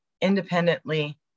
independently